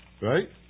right